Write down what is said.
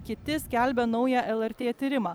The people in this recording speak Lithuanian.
kiti skelbia naują lrt tyrimą